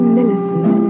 Millicent